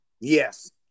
yes